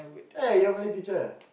eh you're a Malay teacher